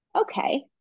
okay